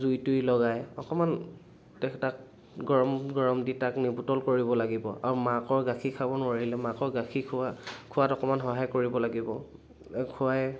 জুই তুই লগাই অকণমান তাক তাক গৰম গৰম দি তাক নিপোটল কৰিব লাগিব আৰু মাকৰ গাখীৰ খাব নোৱাৰিলে মাকৰ গাখীৰ খোৱা খোৱাত অকণমান সহায় কৰিব লাগিব খুৱাই